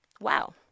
Wow